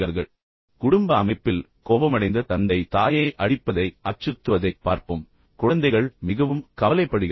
இப்போது குடும்ப அமைப்பில் கோபமடைந்த தந்தை தாயை அடிப்பதாக அச்சுறுத்துவதைப் பார்ப்போம் இப்போது குழந்தைகள் மிகவும் கவலைப்படுகிறார்கள்